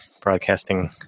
broadcasting